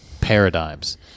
paradigms